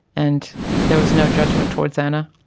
and there was no judgement towards anna.